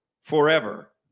forever